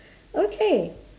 okay